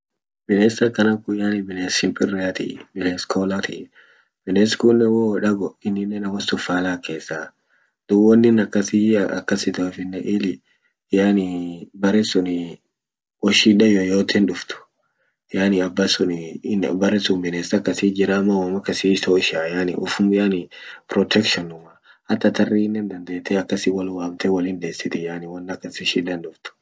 Bines akana kun yani bines shimpireati ,bines kolati ,bines kune ho wodago ininen wonsun fala hakesa dub wonin akasi ya akas itofine ili yani bere suni ho shidan yoyoten duft yani abasuni bere sun bines akasi jiram wom akasiyu toshaa protection numaa hata tarinen akas wolwamte wolin desitii yani won akasi shidan duft.